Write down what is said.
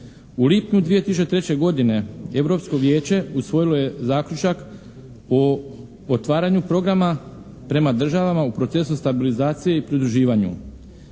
U lipnju 2003. godine Europsko vijeće usvojilo je zaključak o otvaranju programa prema državama u procesu stabilizacije i pridruživanju.